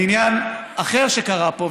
לעניין אחר שקרה פה,